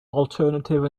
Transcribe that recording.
alternative